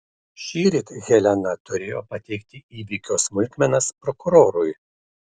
šįryt helena turėjo pateikti įvykio smulkmenas prokurorui